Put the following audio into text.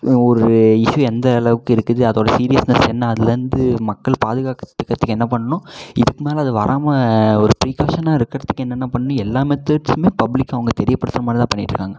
ஒரு இஸியூ எந்த அளவுக்கு இருக்குது அதோடய சீரியஸ்னஸ் என்ன அதுலேருந்து மக்கள் பாதுகாக்கிறதுக்கு என்ன பண்ணணும் இதுக்கு மேலே அது வராமல் ஒரு ப்ரீகாஷன்னாக இருக்கிறதுக்கு என்னென்ன பண்ணணும் எல்லா மெத்தட்ஸ்ஸுமே பப்ளிக் அவங்க தெரியப்படுத்துகிற மாதிரி தான் பண்ணிகிட்டு இருக்காங்க